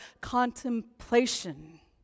contemplation